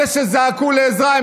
אלה שזעקו לעזרה,